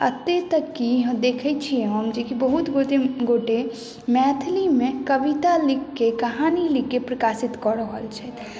आ अतेक तक की देखै छियै हम जे बहुत गोटे मैथिली मे कविता लिखके कहानी लिखके प्रकाशित कऽ रहल छथि